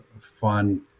fun